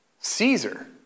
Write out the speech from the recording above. Caesar